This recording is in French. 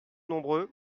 nombreux